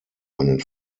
einen